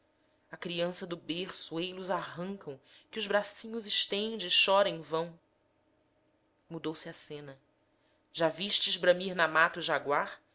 a criança do berço ei los arrancam que os bracinhos estende e chora em vão mudou-se a cena já vistes bramir na mata o jaguar